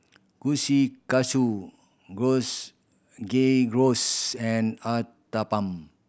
Kushikatsu Gyros Game Rolls and Uthapam